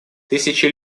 тысячи